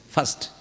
First